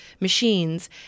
machines